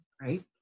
right